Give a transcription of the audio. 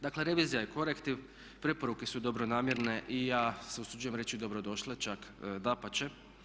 Dakle, revizija je korektiv, preporuke su dobronamjerne i ja se usuđujem reći dobrodošle čak dapače.